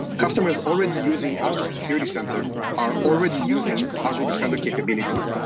customers already using azure security center are already using azure defender capabilities.